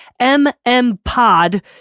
MMPOD